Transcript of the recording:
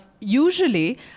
usually